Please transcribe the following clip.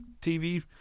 TV